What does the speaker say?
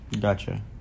gotcha